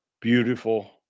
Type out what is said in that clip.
beautiful